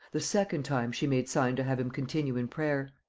the second time she made sign to have him continue in prayer.